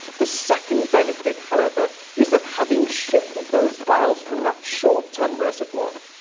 the second benefit, however, is that having shifted those files from that short-term reservoir,